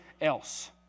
else